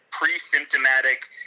Pre-symptomatic